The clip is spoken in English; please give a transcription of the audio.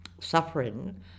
suffering